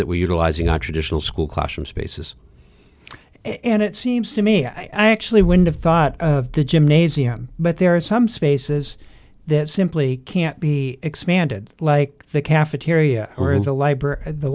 that we're utilizing on traditional school classroom spaces and it seems to me i actually wouldn't have thought of the gymnasium but there are some spaces that simply can't be expanded like the cafeteria or the library the